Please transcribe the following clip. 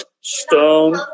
Stone